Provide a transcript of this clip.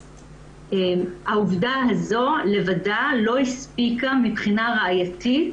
העובדה הזו לבדה לא הספיקה מבחינת הראייתית